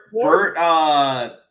Bert